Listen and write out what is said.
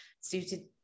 suited